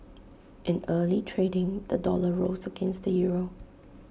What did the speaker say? in early trading the dollar rose against the euro